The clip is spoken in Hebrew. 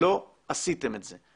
לא עשיתם את זה.